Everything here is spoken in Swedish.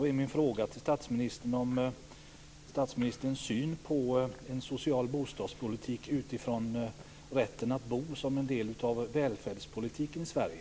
Min fråga till statsministern är: Vilken är statsministerns syn på en social bostadspolitik utifrån rätten att bo som en del av välfärdspolitiken i Sverige?